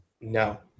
No